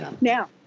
Now